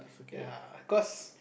ya cause